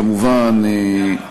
כמובן,